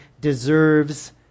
deserves